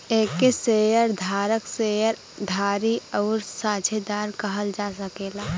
एके शेअर धारक, शेअर धारी आउर साझेदार कहल जा सकेला